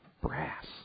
brass